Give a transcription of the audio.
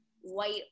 white